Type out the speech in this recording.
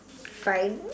fine